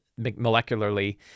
molecularly